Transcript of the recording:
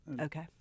Okay